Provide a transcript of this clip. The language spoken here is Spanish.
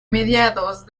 mediados